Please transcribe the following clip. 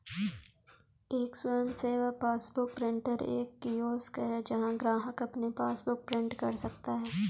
एक स्वयं सेवा पासबुक प्रिंटर एक कियोस्क है जहां ग्राहक अपनी पासबुक प्रिंट कर सकता है